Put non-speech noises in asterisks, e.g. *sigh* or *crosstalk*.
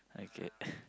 okay *coughs*